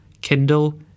Kindle